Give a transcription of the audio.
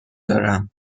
دارم